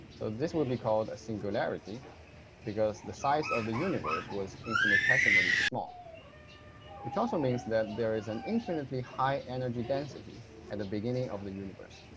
so this will be called a singularity because the size of the universe was infinitesimally small which also means that there is an infinitely high energy density at and the beginning of the universe.